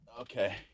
Okay